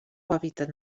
hàbitat